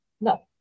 no